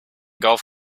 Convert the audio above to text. golf